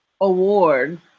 award